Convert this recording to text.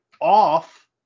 off